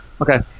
Okay